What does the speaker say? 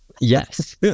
Yes